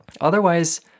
Otherwise